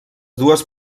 dues